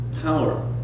power